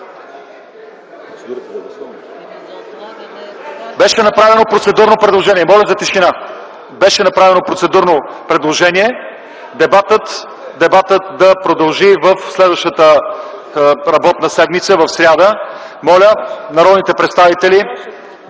Беше направено процедурно предложение дебатът да продължи в следващата работна седмица, в сряда. Моля народните представители